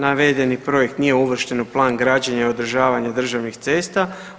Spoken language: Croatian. Navedeni projekt nije uvršten u plan građenja i održavanje državnih cesta.